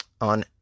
on